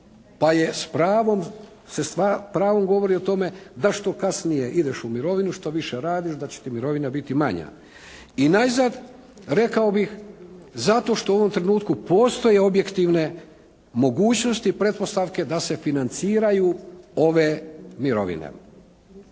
pa je s pravom se govori o tome da što kasnije ideš u mirovinu, što više radiš, da će ti mirovina biti manja. I najzad rekao bih, zato što u ovom trenutku postoje objektivne mogućnosti i pretpostavke da se financiraju ove mirovine.